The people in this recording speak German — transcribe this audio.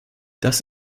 das